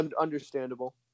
Understandable